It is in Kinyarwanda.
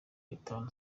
itanu